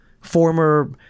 former